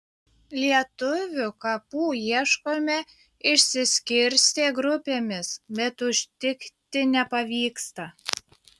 lietuvių kapų ieškome išsiskirstę grupėmis bet užtikti nepavyksta